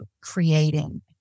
creating